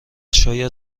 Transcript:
شاید